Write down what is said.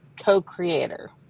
co-creator